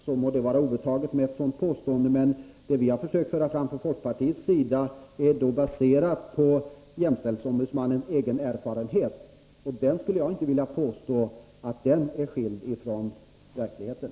Låt mig bara säga att det som vi från folkpartiets sida försökt föra fram är baserat på jämställdhetsombudsmannens egen erfarenhet. Jag skulle inte vilja påstå att den är skild från verkligheten!